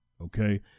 okay